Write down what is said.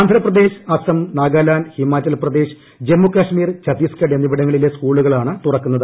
ആന്ധ്രാപ്രദേശ് അസം നാഗാലാന്റ് ഹിമാചൽ പ്രദേശ് ജമ്മു കശ്മീർ ഛത്തീസ്ഗഡ് എന്നിവിടങ്ങളിലെ സ്കൂളുകളാണ് തുറക്കുന്നത്